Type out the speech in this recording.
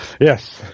Yes